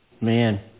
man